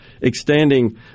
extending